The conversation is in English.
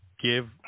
Give